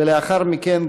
ולאחר מכן,